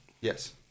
Yes